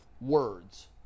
words